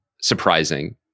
surprising